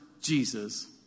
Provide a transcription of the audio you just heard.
Jesus